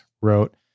wrote